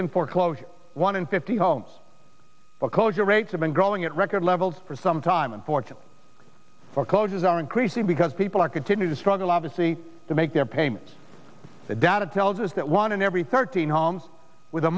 in foreclosure one in fifty homes foreclosure rates have been growing at record levels for some time unfortunately foreclosures are increasing because people are continue to struggle obviously to make their payments the data tells us that one in every thirteen homes with a